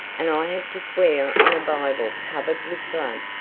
and i had to swear on a bible covered with blood,